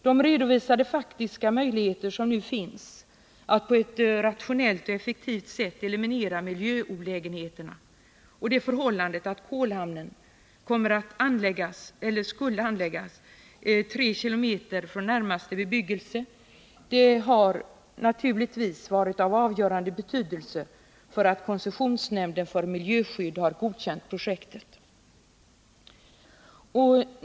De redovisade faktiska möjligheter som nu finns att på ett rationellt och effektivt sätt eliminera miljöolägenheterna och det förhållandet att kolhamnen skulle anläggas tre kilometer från närmaste bebyggelse har naturligtvis varit av avgörande betydelse för att koncessionsnämnden för miljöskydd skulle godkänna projektet.